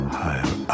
higher